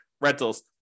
rentals